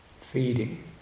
Feeding